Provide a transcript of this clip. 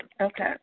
Okay